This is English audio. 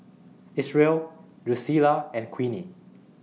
Isreal Drucilla and Queenie